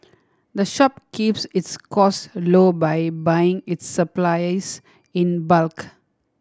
the shop keeps its cost low by buying its supplies in bulk